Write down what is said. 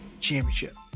championship